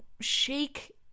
shake